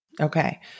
Okay